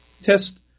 test